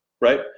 right